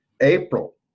April